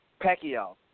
Pacquiao